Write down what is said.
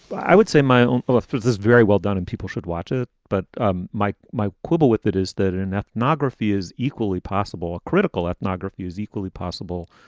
i would say my own for this very well done and people should watch it. but um mike, my quibble with it is that in an ethnography is equally possible, a critical ethnography is equally possible.